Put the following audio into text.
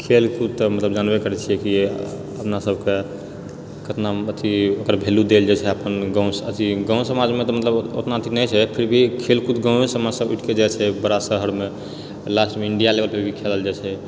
खेलकूद तऽ मतलब जानबे करए छिए कि अपना सबकेँ कितना अथि वेल्यू देल जाइत छेै अपन गाँव अथि गाँव समाजमे तऽ मतलब उतना अथि नहि छै फिरभी खेलकूद गाँवे समाजसँ उठिके जाइत छै बड़ा शहरमे लास्टमे इण्डिया लेवल पर भी खेलल जाइत छेै